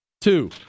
Two